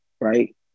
Right